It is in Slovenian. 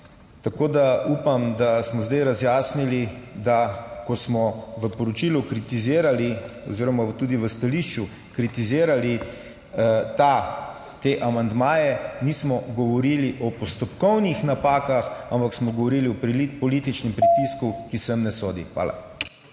naprej. Upam, da smo zdaj razjasnili, da ko smo v poročilu oziroma tudi v stališču kritizirali te amandmaje, nismo govorili o postopkovnih napakah, ampak smo govorili o političnem pritisku, ki sem ne sodi. Hvala.